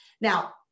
Now